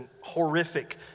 horrific